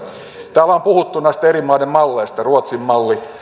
täällä on puhuttu näistä eri maiden malleista ruotsin malli